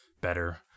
better